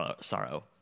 sorrow